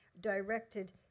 directed